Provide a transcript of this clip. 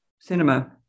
cinema